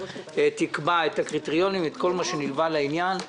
שתקבע את הקריטריונים ואת כל מה שנלווה לעניין.